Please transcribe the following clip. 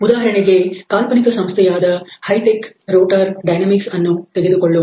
ಉದಾಹರಣೆಗೆ ಕಾಲ್ಪನಿಕ ಸಂಸ್ಥೆಯಾದ ಹೈ ಟೆಕ್ ರೋಟರ್ ಡೈನಮಿಕ್ಸ್ ಅನ್ನು ತೆಗೆದುಕೊಳ್ಳೋಣ